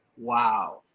Wow